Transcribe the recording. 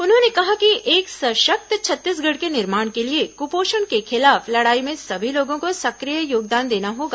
उन्होंने कहा कि एक सशक्त छत्तीसगढ़ के निर्माण के लिए क्पोषण के खिलाफ लड़ाई में सभी लोगों को सक्रिय योगदान देना होगा